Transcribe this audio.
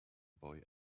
boy